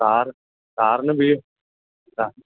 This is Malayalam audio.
സാറ് സാറിന് വീ